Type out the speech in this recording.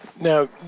Now